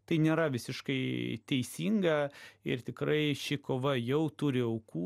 tai nėra visiškai teisinga ir tikrai ši kova jau turi aukų